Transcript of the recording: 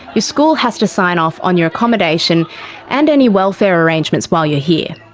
your school has to sign off on your accommodation and any welfare arrangements while you're here.